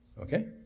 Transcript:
Okay